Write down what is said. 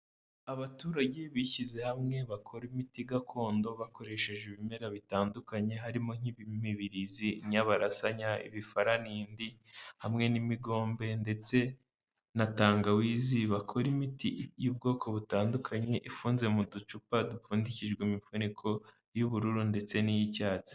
Abaturage bishyize hamwe bakora imiti gakondo bakoresheje ibimera bitandukanye, harimo nk'imibirizi, inyabarasanya, ibifaranindi, hamwe n'imigombe ndetse na tangawizi bakora imiti y'ubwoko butandukanye, ifunze mu ducupa dupfundikijwe imifuniko y'ubururu ndetse n'iy'icyatsi.